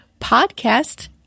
Podcast